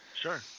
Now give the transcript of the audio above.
Sure